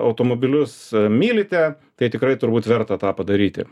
automobilius mylite tai tikrai turbūt verta tą padaryti